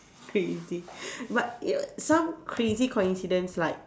crazy but you some crazy coincidence like